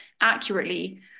accurately